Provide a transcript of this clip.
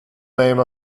name